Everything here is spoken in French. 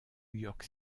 york